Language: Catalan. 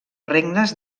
regnes